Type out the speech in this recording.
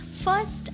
First